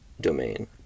domain